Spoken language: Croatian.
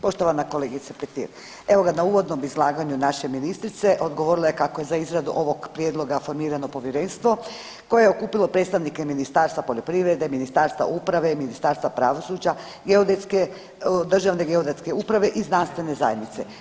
Poštovana kolegice Petir, evo ga na uvodnom izlaganju naše ministrice odgovorila je kako je za izradu ovog prijedloga formirano povjerenstvo koje je okupilo predstavnike Ministarstva poljoprivrede, Ministarstva uprave, Ministarstva pravosuđa, Državne geodetske uprave i znanstvene zajednice.